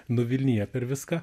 nuvilnija per viską